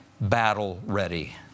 battle-ready